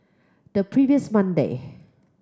the previous Monday